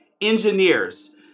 engineers